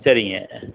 சரிங்க